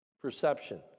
perception